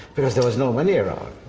because there was no money around.